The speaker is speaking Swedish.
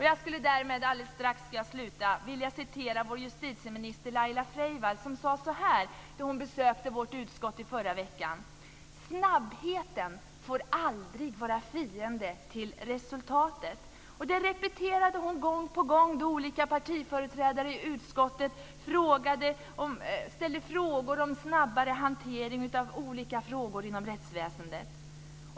Jag skulle då - jag ska alldeles strax sluta - vilja citera vår justitieminister Laila Freivalds, som sade så här då hon besökte vårt utskott i förra veckan: "Snabbheten får aldrig vara fiende till resultatet." Detta repeterade hon gång på gång då olika partiföreträdare i utskottet ställde frågor om snabbare hantering av olika frågor inom rättsväsendet.